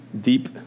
deep